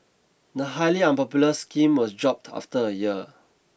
the highly unpopular scheme was dropped after a year